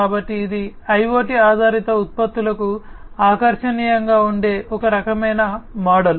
కాబట్టి ఇది IoT ఆధారిత ఉత్పత్తులకు ఆకర్షణీయంగా ఉండే ఒక రకమైన మోడల్